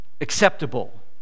acceptable